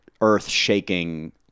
earth-shaking